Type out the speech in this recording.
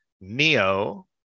Neo